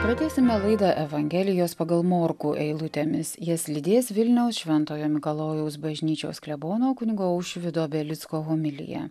pradėsime laidą evangelijos pagal morkų eilutėmis jas lydės vilniaus šventojo mikalojaus bažnyčios klebono kunigo aušvydo belicko homilija